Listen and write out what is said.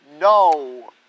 No